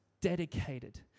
dedicated